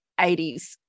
80s